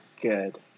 good